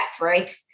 right